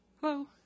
Hello